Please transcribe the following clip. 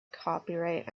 copyright